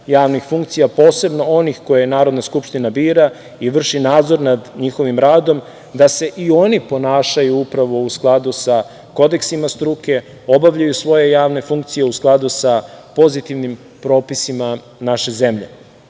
javnih funkcija, posebno onih koje Narodna skupština bira i vrši nadzor nad njihovim radom, da se i oni ponašaju upravo u skladu sa kodeksima struke, obavljaju svoje javne funkcije u skladu sa pozitivnim propisima naše